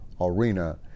arena